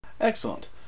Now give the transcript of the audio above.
Excellent